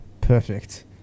perfect